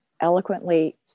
eloquently